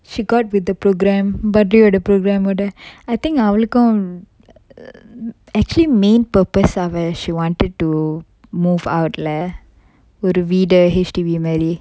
she got with the program bhadri யோட:yoda programme ஓட:oda I think அவளுக்கும்:avalukkum actually main purpose அவ:ava she wanted to move out lah ஒரு வீடு:oru veedu H_D_B மாறி:mari